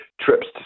trips